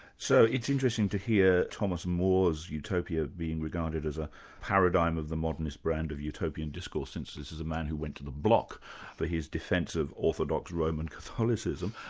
so it's interesting to hear thomas more's utopia as being regarded as a paradigm of the modernist brand of utopian discourse since this is a man who went to the block for his defence of orthodox roman catholicism.